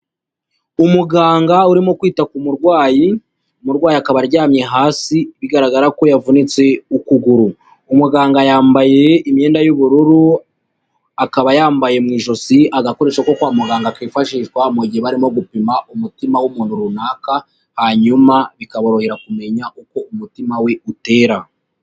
Umuganga urimo kwita ku murwayi, umurwayi akaba aryamye hasi bigaragara ko yavunitse ukuguru. Umuganga yambaye imyenda y'ubururu, akaba yambaye mu ijosi agakoresho ko kwa muganga kifashishwa mu gihe barimo gupima umutima w'umuntu runaka, hanyuma bikaborohera kumenya uko umutima we utera.